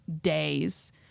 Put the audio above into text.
days